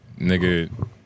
nigga